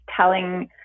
telling